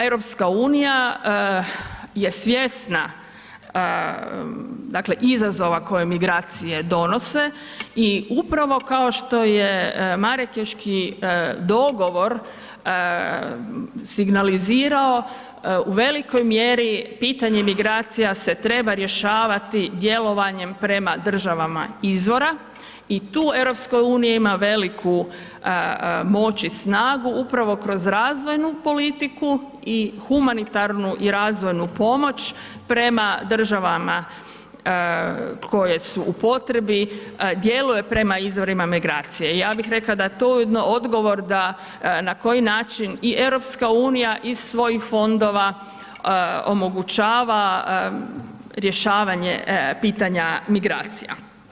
EU je svjesna, dakle izazova koje migracije donose i upravo kao što je marakeški dogovor signalizirao u velikoj mjeri pitanje migracija se treba rješavati djelovanjem prema državama izvora i tu EU ima veliku moć i snagu upravo kroz razvojnu politiku i humanitarnu i razvojnu pomoć prema državama koje su u potrebi, djeluje prema izvorima migracije, ja bi rekla da je to ujedno odgovor da na koji način i EU iz svojih fondova omogućava rješavanje pitanja migracija.